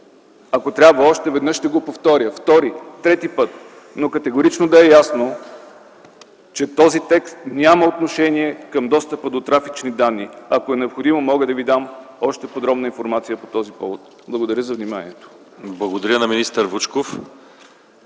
Ако трябва, ще го кажа втори, трети път, но категорично да е ясно, че този текст няма отношение към достъпа до трафични данни. Ако е необходимо, мога да ви дам още подробна информация по този повод. Благодаря за вниманието.